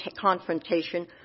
confrontation